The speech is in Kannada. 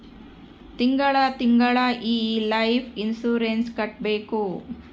ತಿಂಗಳ ತಿಂಗಳಾ ಈ ಲೈಫ್ ಇನ್ಸೂರೆನ್ಸ್ ಕಟ್ಬೇಕು